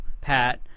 Pat